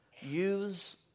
use